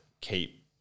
keep